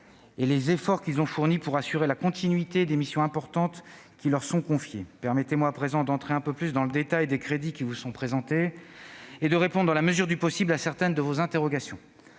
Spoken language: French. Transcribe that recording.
et les efforts qu'ils ont fournis pour assurer la continuité des missions importantes qui leur sont confiées. Permettez-moi à présent d'entrer un peu plus dans le détail des crédits qui vous sont présentés et de répondre, dans la mesure du possible, à certaines de vos interrogations.